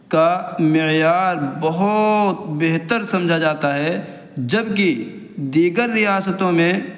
کا معیار بہت بہتر سمجھا جاتا ہے جب کہ دیگر ریاستوں میں